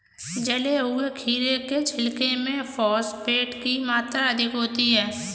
जले हुए खीरे के छिलके में फॉस्फेट की मात्रा अधिक होती है